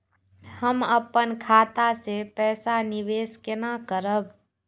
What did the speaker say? हम अपन खाता से पैसा निवेश केना करब?